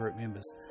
members